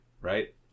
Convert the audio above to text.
right